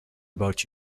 about